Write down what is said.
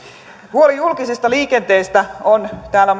huoli julkisesta liikenteestä on tietenkin täällä